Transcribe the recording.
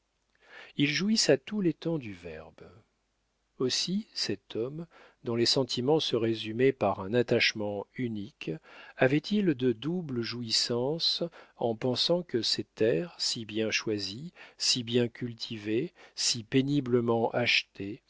jouissent à tous les temps du verbe aussi cet homme dont les sentiments se résumaient par un attachement unique avait-il de doubles jouissances en pensant que ses terres si bien choisies si bien cultivées si péniblement achetées